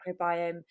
microbiome